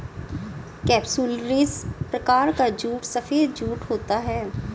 capsularis प्रकार का jute सफेद जूट होता है